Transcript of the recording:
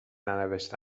ننوشته